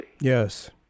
Yes